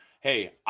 Hey